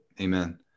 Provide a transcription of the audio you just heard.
Amen